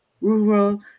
rural